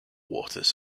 waters